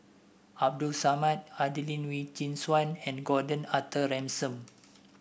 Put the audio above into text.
Abdul Samad Adelene Wee Chin Suan and Gordon Arthur Ransome